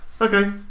Okay